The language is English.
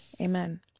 Amen